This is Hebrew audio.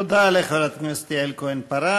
תודה רבה לחברת הכנסת יעל כהן-פארן.